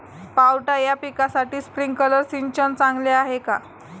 पावटा या पिकासाठी स्प्रिंकलर सिंचन चांगले आहे का?